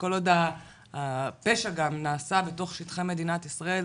כל עוד הפשע גם נעשה בתוך שטחי מדינת ישראל,